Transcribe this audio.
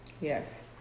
Yes